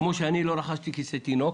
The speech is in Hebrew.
כפי שאני לא רכשתי כיסא לתינוק